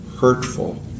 hurtful